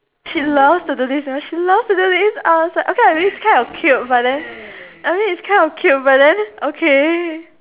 she loved to do this you know she loved to do this I was like okay ah it's kind of cute but then I mean it's kind of cute but then okay